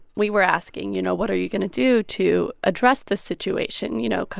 we were asking, you know, what are you going to do to address the situation? you know,